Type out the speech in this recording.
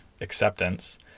acceptance